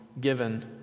given